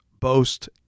boast